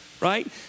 Right